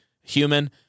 human